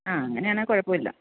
ആ അങ്ങനെയാണെങ്കിൽ കുഴപ്പമില്ല